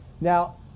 Now